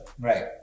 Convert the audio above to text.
Right